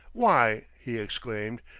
why, he exclaimed,